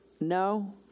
No